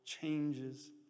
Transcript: changes